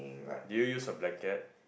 do you use a blanket